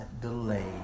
delayed